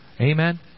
Amen